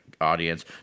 audience